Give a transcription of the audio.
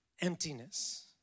emptiness